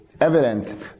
evident